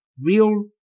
Real